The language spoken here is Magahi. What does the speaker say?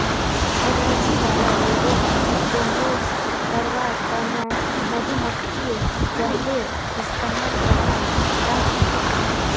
एलर्जी वाला लोगक बेहोश करवार त न मधुमक्खीर जहरेर इस्तमाल कराल जा छेक